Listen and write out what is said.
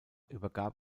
übergab